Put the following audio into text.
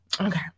Okay